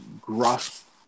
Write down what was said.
gruff